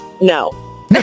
No